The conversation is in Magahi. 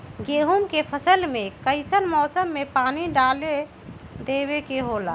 गेहूं के फसल में कइसन मौसम में पानी डालें देबे के होला?